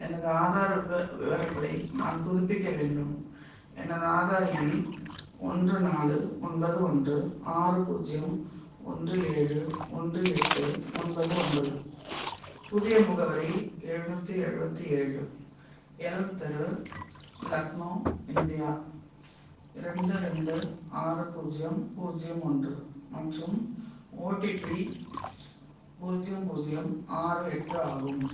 எனது ஆதார் விவ விவரங்களை நான் புதுப்பிக்க வேண்டும் எனது ஆதார் எண் ஒன்று நாலு ஒன்பது ஒன்று ஆறு பூஜ்யம் ஒன்று ஏழு ஒன்று எட்டு ஒன்பது ஒன்பது புதிய முகவரி எழுநூற்றி எழுபத்தி ஏழு எல்ம் தெரு லக்னோ இந்தியா ரெண்டு ரெண்டு ஆறு பூஜ்யம் பூஜ்யம் ஒன்று மற்றும் ஓடிபி பூஜ்யம் பூஜ்யம் ஆறு எட்டு ஆகும்